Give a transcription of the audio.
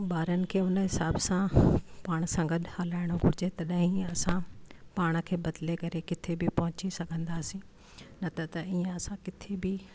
ॿारनि खे हुन हिसाब सां पाण सां गॾु हलाइणो घुरिजे तॾहिं ई असां पाण खे बदिले करे किते बि पहुची सघंदासीं न त त ईअं असां किते बि